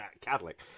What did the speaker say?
Catholic